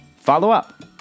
follow-up